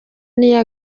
niyo